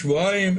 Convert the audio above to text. שבועיים.